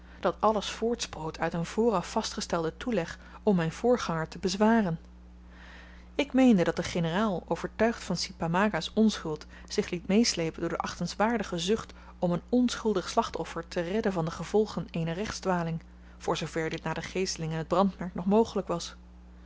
dat alles voortsproot uit een vooraf vastgestelden toeleg om myn voorganger te bezwaren ik meende dat de generaal overtuigd van si pamaga's onschuld zich liet meesleepen door de achtenswaardige zucht om een onschuldig slachtoffer te redden van de gevolgen eener rechtsdwaling voor zoo ver dit na de geeseling en t brandmerk nog mogelyk was